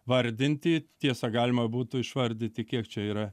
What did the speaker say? vardinti tiesa galima būtų išvardyti kiek čia yra